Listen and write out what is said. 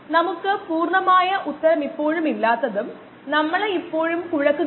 വളർച്ച ഉൽപന്ന രൂപീകരണം പോഷകങ്ങളുടെ ഒഴുക്ക് എല്ലാം ഒരേസമയം സംഭവിക്കുന്നു